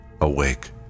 Awake